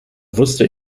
wusste